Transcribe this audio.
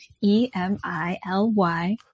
e-m-i-l-y